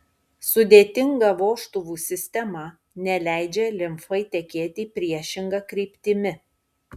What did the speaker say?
sudėtinga vožtuvų sistema neleidžia limfai tekėti priešinga kryptimi